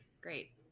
great